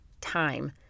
time